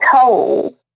told